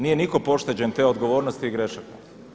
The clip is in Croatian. Nije nitko pošteđen te odgovornosti i grešaka.